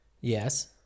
Yes